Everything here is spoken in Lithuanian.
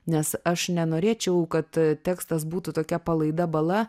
nes aš nenorėčiau kad tekstas būtų tokia palaida bala